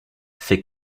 fait